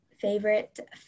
Favorite